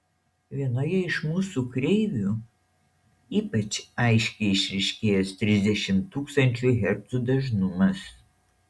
vienoje iš mūsų kreivių ypač aiškiai išryškėjęs trisdešimt tūkstančių hercų dažnumas